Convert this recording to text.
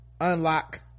Unlock